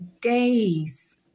days